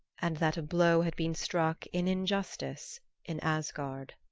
and that a blow had been struck in injustice in asgard.